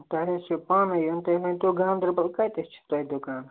تۄہہِ حظ چھُ پانَے یُن تُہۍ ؤنۍ تو گانٛدربَل کَتیتھ چھُ تۄہہِ دُکان